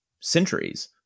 centuries